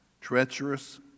Treacherous